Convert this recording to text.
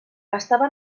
estava